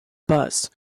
bus